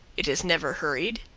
it is never hurried,